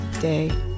day